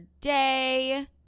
day